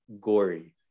gory